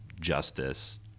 justice